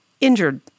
injured